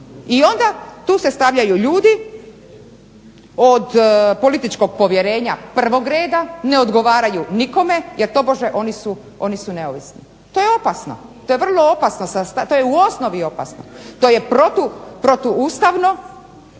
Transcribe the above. I onda tu se stavljaju ljudi od političkog povjerenja prvog reda, ne odgovaraju nikome, jer tobože oni su neovisni. To je opasno. To je vrlo opasno, to je u osnovi opasno. To je protuustavno,